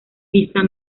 pisa